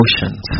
Emotions